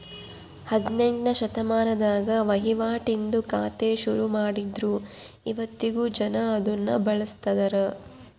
ಹದಿನೆಂಟ್ನೆ ಶತಮಾನದಾಗ ವಹಿವಾಟಿಂದು ಖಾತೆ ಶುರುಮಾಡಿದ್ರು ಇವತ್ತಿಗೂ ಜನ ಅದುನ್ನ ಬಳುಸ್ತದರ